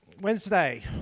Wednesday